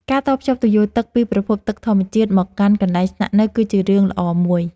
ការតភ្ជាប់ទុយោទឹកពីប្រភពទឹកធម្មជាតិមកកាន់កន្លែងស្នាក់នៅ គឺជារឿងល្អមួយ។